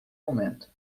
momento